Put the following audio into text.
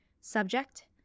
Subject